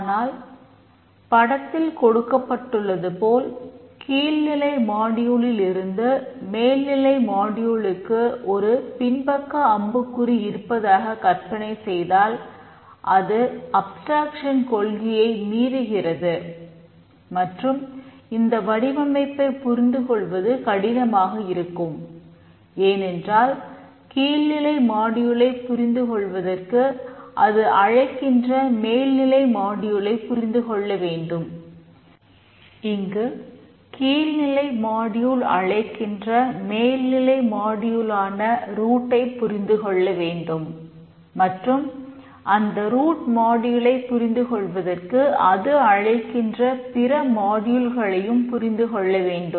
ஆனால் படத்தில் கொடுக்கப்பட்டுள்ளது போல் கீழ்நிலை மாடியூலில் புரிந்துகொள்ள வேண்டும்